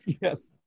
yes